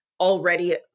already